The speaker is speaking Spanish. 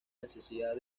necesidad